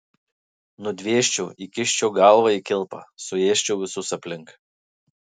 nudvėsčiau įkiščiau galvą į kilpą suėsčiau visus aplink